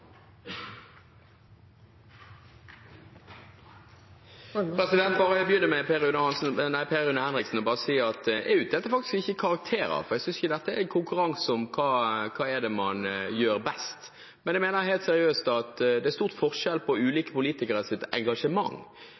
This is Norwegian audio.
bare begynne med å svare Per Rune Henriksen, og si at jeg er faktisk ikke ute etter å gi karakterer, for jeg synes ikke dette er en konkurranse om hva man gjør best. Men jeg mener helt seriøst at det er stor forskjell på ulike politikeres engasjement